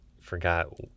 forgot